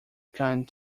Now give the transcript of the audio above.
kind